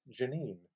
Janine